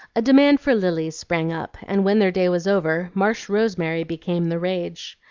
a demand for lilies sprang up, and when their day was over marsh-rosemary became the rage.